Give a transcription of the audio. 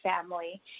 family